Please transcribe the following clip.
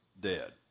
Dead